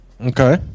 okay